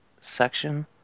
section